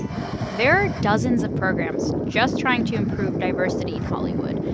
there are dozens of programs just trying to improve diversity in hollywood,